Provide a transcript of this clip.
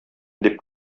дип